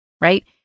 right